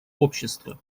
общества